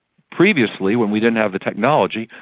previously when we didn't have the technology,